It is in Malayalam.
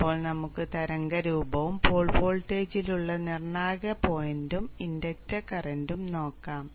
ഇപ്പോൾ നമുക്ക് തരംഗ രൂപവും പോൾ വോൾട്ടേജിലുള്ള നിർണായക പോയിന്റും ഇൻഡക്റ്റർ കറന്റും നോക്കാം